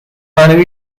منو